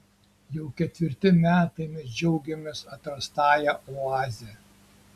jau ketvirti metai mes džiaugiamės atrastąja oaze